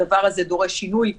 הדבר הזה דורש שינוי חוקתי,